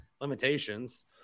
limitations